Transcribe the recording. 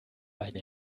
eine